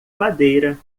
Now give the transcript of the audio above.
madeira